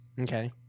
Okay